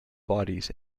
bodies